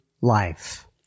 life